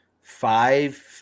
Five